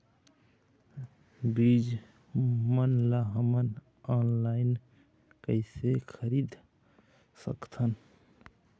बीज मन ला हमन ऑनलाइन कइसे खरीद सकथन?